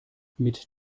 mit